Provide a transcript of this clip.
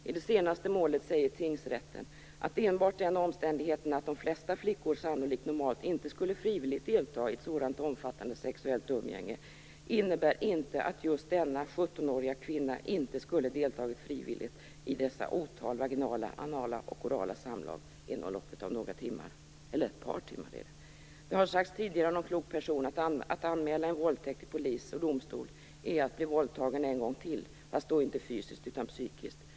I det senaste målet säger tingsrätten att enbart den omständigheten att de flesta flickor sannolikt normalt inte skulle frivilligt delta i ett sådant omfattande sexuellt umgänge innebär inte att just denna sjuttonåriga kvinna inte skulle deltagit frivilligt i dessa otal vaginala, anala och orala samlag inom loppet av ett par timmar. Det har sagts tidigare av någon klok person: Att anmäla en våldtäkt till polis och domstol är att bli våldtagen en gång till, fast då inte fysiskt utan psykiskt.